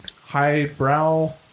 highbrow